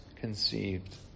conceived